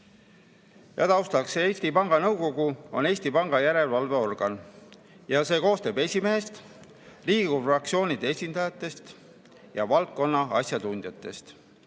Eesti Panga Nõukogu on Eesti Panga järelevalveorgan ja see koosneb esimehest, Riigikogu fraktsioonide esindajatest ja valdkonna asjatundjatest.